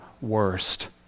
worst